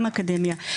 גם אקדמיה,